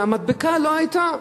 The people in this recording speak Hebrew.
והמדבקה לא היתה.